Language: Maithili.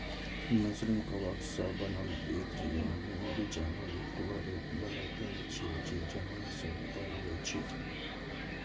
मशरूम कवक सं बनल एक बीजाणु युक्त फरै बला पिंड छियै, जे जमीन सं ऊपर उगै छै